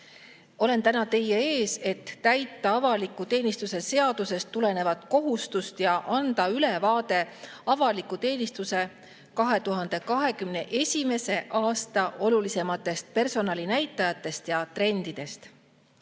Olen täna teie ees, et täita avaliku teenistuse seadusest tulenevat kohustust ja anda ülevaade avaliku teenistuse 2021. aasta olulisimatest personalinäitajatest ja trendidest.